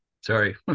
sorry